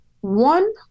One